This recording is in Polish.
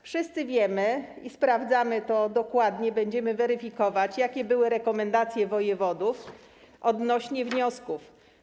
Wszyscy wiemy i sprawdzamy to dokładnie, będziemy weryfikować, jakie były rekomendacje wojewodów odnośnie do wniosków.